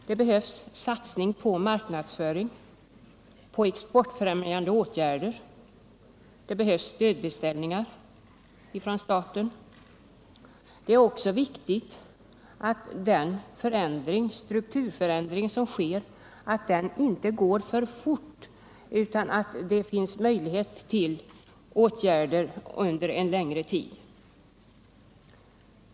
Det behövs satsning på marknadsföring och på exportfrämjande åtgärder, och det behövs stödbeställningar från staten. Det är också viktigt att den strukturförändring som sker inte går för fort utan att det finns möjlighet att sätta in åtgärderna under en längre tid.